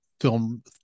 film